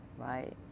right